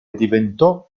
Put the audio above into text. diventò